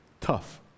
Tough